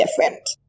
different